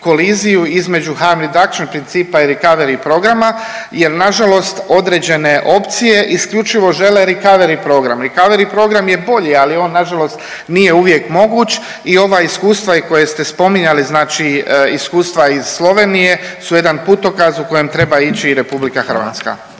između ... reduction principa i recovery programa jer nažalost određene opcije isključivo žele recovery program. Recovery program je bolji, ali on nažalost nije uvijek moguć i ova iskustva i koja ste spominjali, znači iskustva iz Slovenije su jedan putokaz u kojem treba ići i RH.